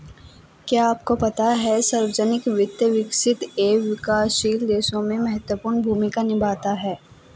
क्या आपको पता है सार्वजनिक वित्त, विकसित एवं विकासशील देशों में महत्वपूर्ण भूमिका निभाता है?